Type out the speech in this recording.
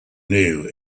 new